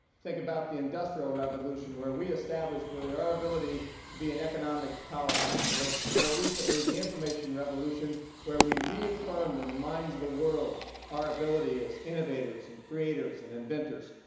think about the industrial revolution where we established really our ability to be an economic powerhouse. or, more recently, the information revolution where we reaffirmed in and the minds of the world our ability as innovators and creators and inventors,